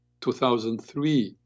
2003